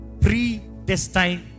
predestined